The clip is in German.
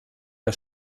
der